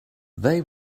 they